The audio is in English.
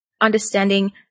understanding